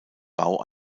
bau